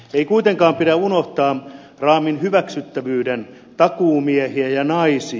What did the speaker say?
ei kuitenkaan pidä unohtaa raamin hyväksyttävyyden takuumiehiä ja naisia